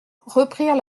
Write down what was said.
reprirent